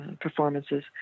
performances